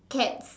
cats